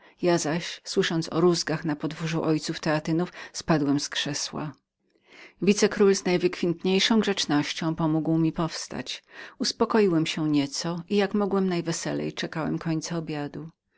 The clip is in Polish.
ja zaś słysząc o rózgach na podwórzu ojców teatynów spadłem z krzesła wicekról pomógł mi powstać z jak najwykwintniejszą grzecznością uspokoiłem się nieco i o ile możności najweselej czekałem końca obiadu